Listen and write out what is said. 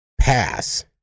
pass